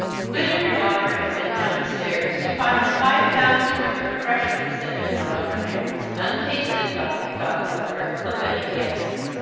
quitted her daughter and went downstairs to find that five pounds' worth of refreshments had been left on her hands untasted by, god help her! the wedding guests.